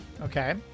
Okay